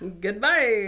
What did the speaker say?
Goodbye